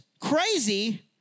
crazy